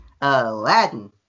Aladdin